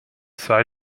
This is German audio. sei